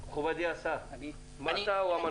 מכובדי השר, אתה או המנכ"ל?